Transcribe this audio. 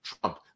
Trump